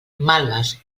malves